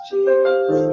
Jesus